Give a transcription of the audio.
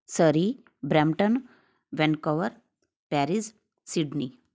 Surrey Brampton Vancouver Paris Sydney